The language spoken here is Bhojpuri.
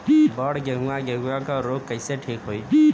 बड गेहूँवा गेहूँवा क रोग कईसे ठीक होई?